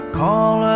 call